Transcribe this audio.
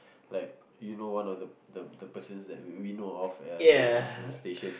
like you know of the the the persons that we know of in station